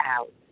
out